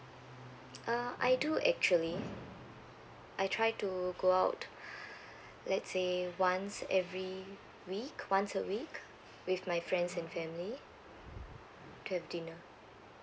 uh I do actually I try to go out let's say once every week once a week with my friends and family to have dinner